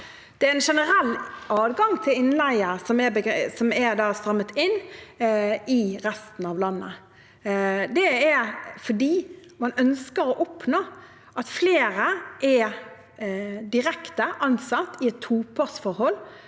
Det er en generell adgang til innleie som er strammet inn i resten av landet. Det er fordi man ønsker å oppnå at flere er direkte ansatt i et topartsforhold.